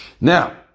Now